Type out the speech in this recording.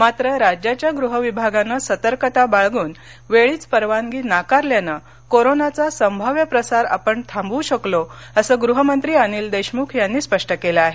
मात्र राज्याच्या गृह विभागानं वेळीच सतर्कता बाळगून परवानगी नाकारल्याने कोरोनाचा संभाव्य प्रसार आपण थांबवू शकलो असं गृहमंत्री अनिल देशमुख यांनी स्पष्ट केलं आहे